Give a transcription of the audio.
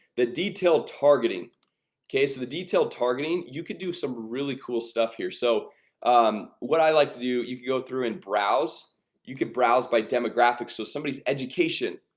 the detailed targeting okay, so the detailed targeting you could do some really cool stuff here, so um what i like to do you go through and browse you can browse by demographics, so somebody's education.